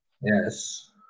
Yes